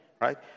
right